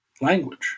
language